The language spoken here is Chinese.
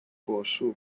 果树